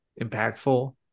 impactful